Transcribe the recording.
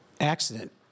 accident